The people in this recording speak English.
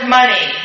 money